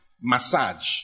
massage